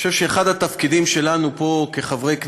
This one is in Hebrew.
שאחד התפקידים שלנו פה כחברי כנסת,